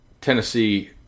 Tennessee